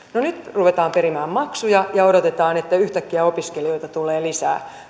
ruvetaan perimään maksuja ja odotetaan että yhtäkkiä opiskelijoita tulee lisää